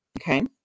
okay